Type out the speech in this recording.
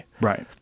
Right